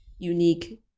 unique